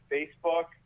Facebook